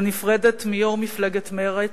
ונפרדת מיושב-ראש מפלגת מרצ,